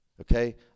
Okay